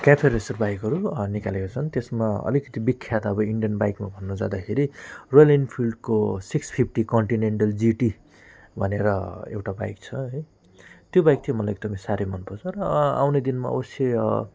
cafe racer बाइकहरू निकालेको छन् त्यसमा अलिकति विख्यात अब इन्डियन बाइकहरू भन्नु जाँदाखेरि रोयल इन्फिल्डको सिक्स फिफ्टी कन्टिनेन्टल जिटी भनेर एउटा बाइक छ है त्यो बाइक चाहिँ मलाई एकदम साह्रै मन पर्छ र आउने दिनमा अवश्य